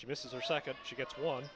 she misses her second she gets one